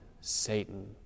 Satan